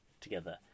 together